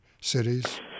cities